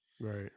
right